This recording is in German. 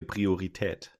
priorität